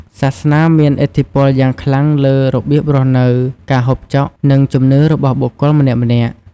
សាសនាមានឥទ្ធិពលយ៉ាងខ្លាំងលើរបៀបរស់នៅ ការហូបចុក និងជំនឿរបស់បុគ្គលម្នាក់ៗ។